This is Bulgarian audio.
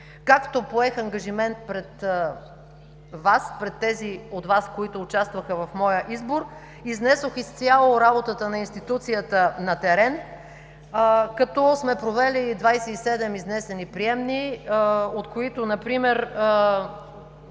Както поех ангажимент пред тези от Вас, които участваха в моя избор, изнесох изцяло работата на институцията на терен, като сме провели 27 изнесени приемни, от които например